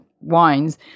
wines